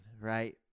right